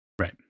Right